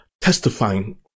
testifying